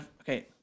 okay